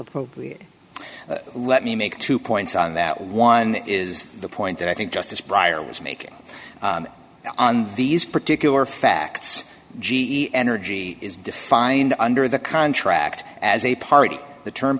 appropriate let me make two points on that one is the point that i think justice briar was making on these particular facts g e energy is defined under the contract as a party the term